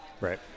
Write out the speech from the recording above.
right